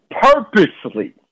purposely